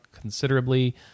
considerably